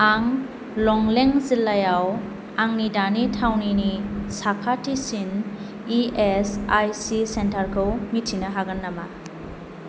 आं लंलें जिल्लायाव आंनि दानि थावनिनि साखाथिसिन इ एस आइ सि सेन्टारखौ मिथिनो हागोन नामा